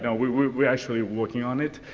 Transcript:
yeah we're we're actually working on it,